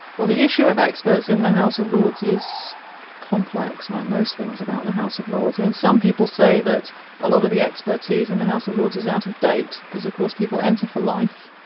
well the issue of experts in the house of lords is complex, like most things about the house of lords. and some people say that a lot of the expertise in the house of lords is out of date, because of course people enter for life,